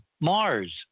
Mars